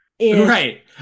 Right